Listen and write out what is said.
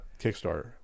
Kickstarter